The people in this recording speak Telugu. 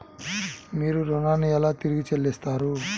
మీరు ఋణాన్ని ఎలా తిరిగి చెల్లిస్తారు?